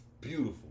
beautiful